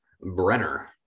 Brenner